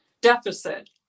deficit